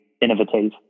innovative